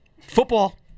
Football